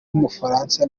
w’umufaransa